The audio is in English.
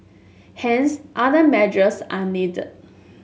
hence other measures are needed